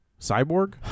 cyborg